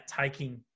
taking